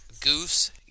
Goose